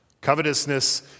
Covetousness